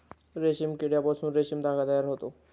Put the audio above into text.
रेशीम किड्यापासून रेशीम धागा तयार होतो